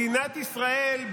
וגם מדינת ישראל,